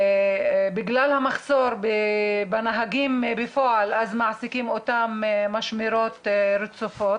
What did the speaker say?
בגלל המחסור בנהגים בפועל אז מעסיקים אותם במשמרות רצופות